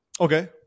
okay